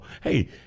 hey